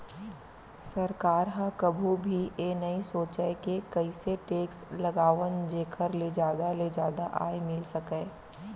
सरकार ह कभू भी ए नइ सोचय के कइसे टेक्स लगावन जेखर ले जादा ले जादा आय मिल सकय